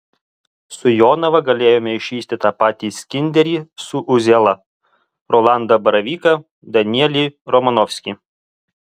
su jonava galėjome išvysti tą patį skinderį su uzėla rolandą baravyką danielį romanovskį